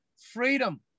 freedom